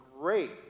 great